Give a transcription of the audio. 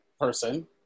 person